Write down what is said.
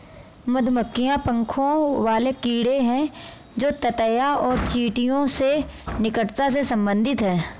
मधुमक्खियां पंखों वाले कीड़े हैं जो ततैया और चींटियों से निकटता से संबंधित हैं